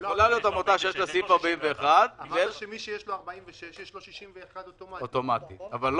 יכולה להיות עמותה שיש לה אישור לעניין סעיף 46. אתה אומר שמי